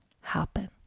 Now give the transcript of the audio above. happen